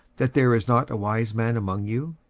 that there is not a wise man among you?